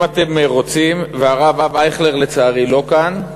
אם אתם רוצים, הרב אייכלר לצערי לא כאן,